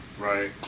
Right